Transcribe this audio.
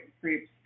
groups